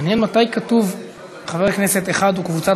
מעניין מתי כתוב חבר כנסת אחד וקבוצת